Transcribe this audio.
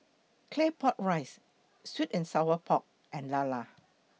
Claypot Rice Sweet and Sour Pork and Lala